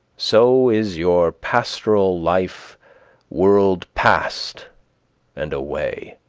so is your pastoral life whirled past and away.